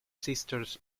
sisters